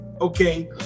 okay